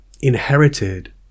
inherited